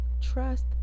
trust